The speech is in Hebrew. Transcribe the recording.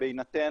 כן?